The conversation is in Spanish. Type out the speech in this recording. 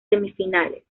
semifinales